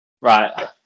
right